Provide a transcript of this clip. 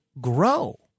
grow